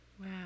Wow